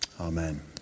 Amen